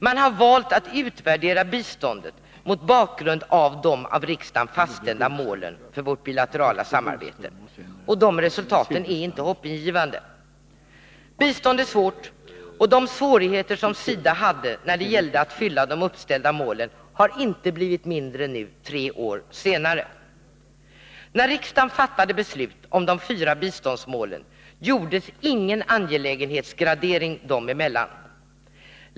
Man hade valt att utvärdera biståndet mot bakgrund av de av riksdagen fastställda målen för vårt bilaterala samarbete, och resultaten är 131 inte hoppingivande. Bistånd är svårt, och de svårigheter som SIDA hade när det gällde att nå de uppställda målen har inte blivit mindre nu, tre år senare. När riksdagen fattade beslut om de fyra biståndsmålen gjordes ingen angelägenhetsgradering dem emellan.